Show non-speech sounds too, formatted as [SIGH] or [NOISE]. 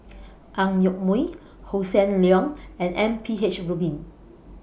[NOISE] Ang Yoke Mooi Hossan Leong and M P H Rubin